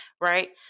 right